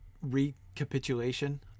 recapitulation